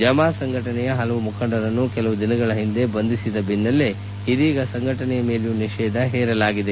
ಜಮಾತ್ ಸಂಘಟನೆಯ ಹಲವು ಮುಖಂಡರನ್ನು ಕೆಲವು ದಿನಗಳ ಹಿಂದೆ ಬಂಧಿಸಿದ ಬೆನ್ನಲ್ಲೇ ಇದೀಗ ಸಂಘಟನೆ ಮೇಲೆಯೂ ನಿಷೇಧ ಹೇರಲಾಗಿದೆ